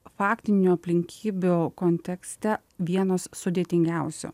faktinių aplinkybių kontekste vienos sudėtingiausių